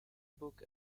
book